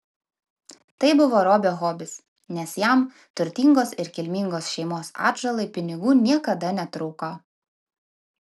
tai buvo robio hobis nes jam turtingos ir kilmingos šeimos atžalai pinigų niekada netrūko